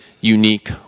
unique